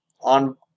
on